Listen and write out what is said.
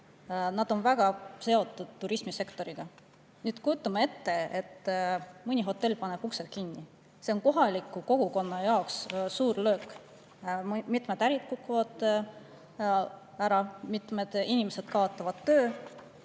on väga seotud turismisektoriga. Kujutame ette, et mõni hotell paneb uksed kinni – see on kohaliku kogukonna jaoks suur löök. Mitmed ärid kukuvad ära, mitmed inimesed kaotavad töö.